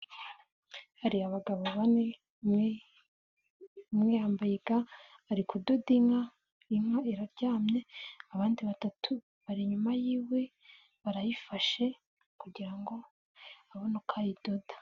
Hari abagabo bane umwe yambaye ga, ari kudoda inka, inka iraryamye, abandi batatu bari inyuma y'iwe barayifashe kugira ngo abone uko ayidoda.